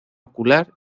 ocular